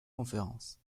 conférences